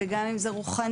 וגם אם זה רוחנית,